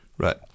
Right